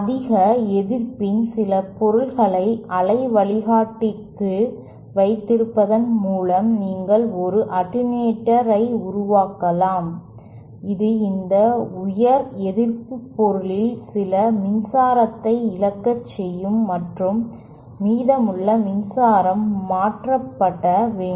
அதிக எதிர்ப்பின் சில பொருள்களை அலை வழிகாட்டிக்குள் வைத்திருப்பதன் மூலம் நீங்கள் ஒரு அட்டென்யூட்டர் ஐ உருவாக்கலாம் இது இந்த உயர் எதிர்ப்புப் பொருளில் சில மின்சாரத்தை இழக்கச் செய்யும் மற்றும் மீதமுள்ள மின்சாரம் மாற்றப்பட வேண்டும்